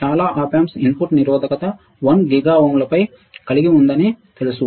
చాలా op amps input నిరోధకత 1 giga ఓంలపై కలిగి ఉందని తెలుసు